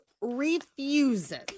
refuses